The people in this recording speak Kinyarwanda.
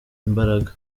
imbaraga